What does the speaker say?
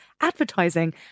advertising